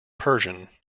persian